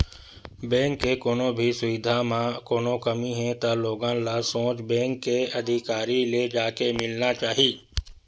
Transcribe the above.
bank के कोनो भी सुबिधा म कोनो कमी हे त लोगन ल सोझ बेंक के अधिकारी ले जाके मिलना चाही